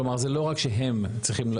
כלומר, זה לא רק שהם צריכים.